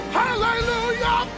hallelujah